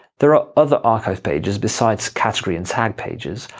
there are other archive pages beside category and tag pages,